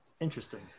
Interesting